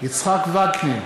יצחק וקנין,